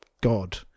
God